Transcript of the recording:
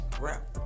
rap